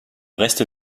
reste